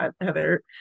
Heather